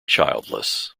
childless